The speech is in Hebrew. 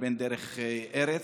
דרך ארץ,